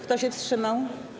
Kto się wstrzymał?